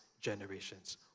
generations